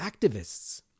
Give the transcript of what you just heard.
activists